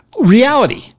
reality